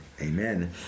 Amen